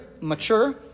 mature